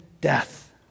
death